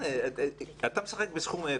אתה משחק בסכום אפס.